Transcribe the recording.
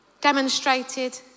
demonstrated